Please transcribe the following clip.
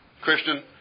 Christian